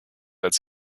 als